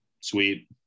sweet